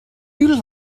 you